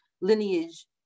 lineage